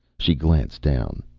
she glanced down,